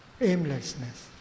aimlessness